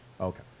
Okay